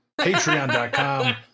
Patreon.com